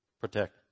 Protect